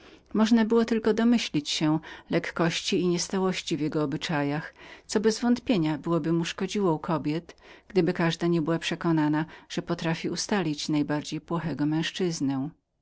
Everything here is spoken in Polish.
można było tylko zarzucić mu pewną lekkość w obyczajach co bezwątpienia byłoby mu szkodziło u kobiet gdyby każda nie była przekonaną że potrafi ustalić najbardziej płochego męzczyznę